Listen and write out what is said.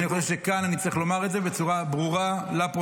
אני חושב שכאן אני צריך לומר את זה בצורה ברורה לפרוטוקול: